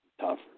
tough